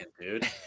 dude